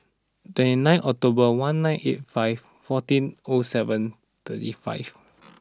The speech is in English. two nine October one nine eight five fourteen O seven thirty five